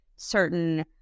certain